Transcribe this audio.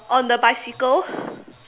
on the bicycle